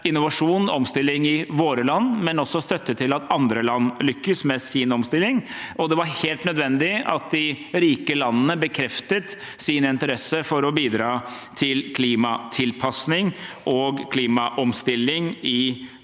innovasjon og omstilling i våre land, men også støtte til at andre land lykkes med sin omstilling. Det var helt nødvendig at de rike landene bekreftet sin interesse for å bidra til klimatilpasning og klimaomstilling i